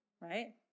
right